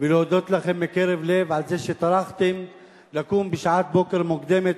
ולהודות לכם מקרב לב על זה שטרחתם לקום בשעת בוקר מוקדמת,